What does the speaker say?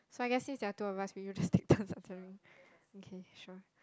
so I guess since there are two of us we will just take turns answering okay sure